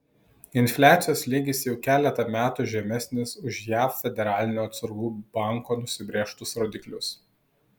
infliacijos lygis jau keletą metų žemesnis už jav federalinio atsargų banko nusibrėžtus rodiklius